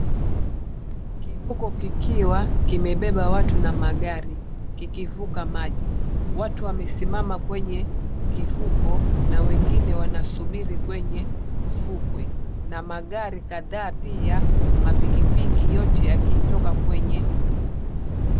Kivuko kikiwa kimebeba watu na magari kikivuka maji, watu wamesimama kwenye kivuko na wengine wanasubiri kwenye ufukwe na magari kadha pia mapikipiki yote yakitoka kwenye.